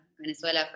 Venezuela